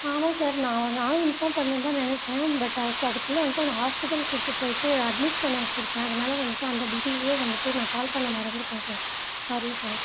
ஆமாம் சார் நான் நானும் இன்ஃபார்ம் பண்ணணுன்னுதான் நினைச்சேன் பட் அதுக்குள்ளே வந்துட்டு அவனை ஹாஸ்பிட்டல் கூட்டு போய்விட்டு அட்மிட் பண்ண வச்சுருக்கேன் அதனால் வந்துட்டு அந்த பிஸிலேயே வந்துட்டு நான் கால் பண்ண மறந்துவிட்டேன் சார் சாரி சார்